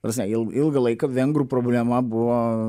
prasme il ilgą laiką vengrų problema buvo